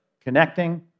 connecting